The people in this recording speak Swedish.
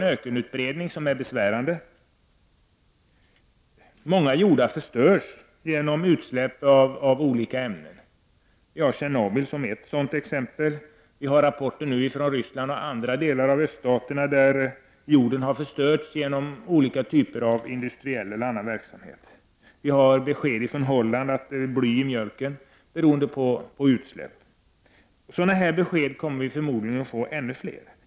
Ökenutbredningen är besvärande. Många jordar förstörs genom utsläpp av olika ämnen. Olyckan i Tjernobyl är ett sådant exempel. Vi har rapporter från Sovjet och andra delar av Östeuropa, där jordar har förstörts genom olika typer av industriell eller annan verksamhet. Från Holland har vi fått besked om att det finns bly i mjölken på grund av utsläpp. Vi kommer förmodligen att få ännu fler sådana besked.